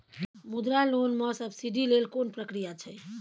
मुद्रा लोन म सब्सिडी लेल कोन प्रक्रिया छै?